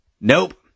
nope